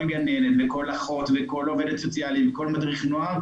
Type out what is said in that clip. גננת וכל אחות וכל עובדת סוציאלית וכל מדריך נוער,